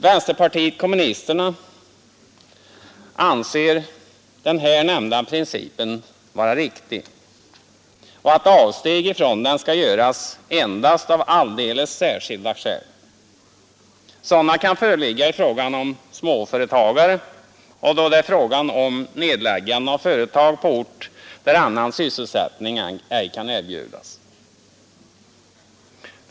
Vänsterpartiet kommunisterna anser den här nämnda principen riktig och att avsteg från den skall göras endast av alldeles särskilda skäl. Sådana kan föreligga när det gäller småföretagare och då fråga är om nedläggande av företag på ort där annan sysselsättning ej kan erbjudas.